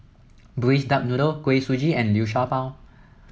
Braised Duck Noodle Kuih Suji and Liu Sha Bao